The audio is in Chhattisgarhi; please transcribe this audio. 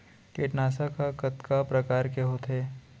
कीटनाशक ह कतका प्रकार के होथे?